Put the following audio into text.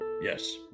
Yes